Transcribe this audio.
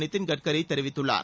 நிதின் கட்கரி தெரிவித்துள்ளார்